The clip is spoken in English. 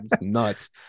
nuts